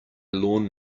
lawn